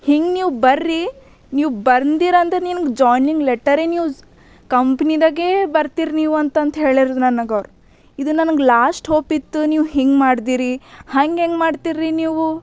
ಹಿಂಗೆ ನೀವು ಬರ್ರಿ ನೀವು ಬಂದೀರ ಅಂದರೆ ನಿನಗೆ ಜಾಯ್ನಿಂಗ್ ಲೆಟರೇ ನೀವ್ ಕಂಪ್ನಿದಾಗೇ ಬರ್ತಿರ ನೀವು ಅಂತಂತ ಹೇಳಿರು ನನಗೆ ಅವ್ರು ಇದು ನನಗೆ ಲಾಶ್ಟ್ ಹೋಪಿತ್ತು ನೀವು ಹಿಂಗೆ ಮಾಡಿದಿರಿ ಹಂಗೆಂಗೆ ಮಾಡ್ತಿರ್ರಿ ನೀವು